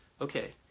Okay